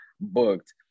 booked